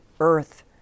earth